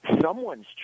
someone's